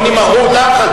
עוני מרוד.